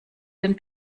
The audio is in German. den